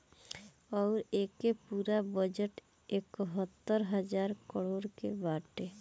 अउर एके पूरा बजट एकहतर हज़ार करोड़ के बाटे